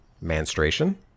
menstruation